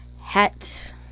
hats